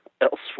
elsewhere